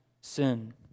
sin